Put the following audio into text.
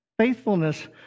Faithfulness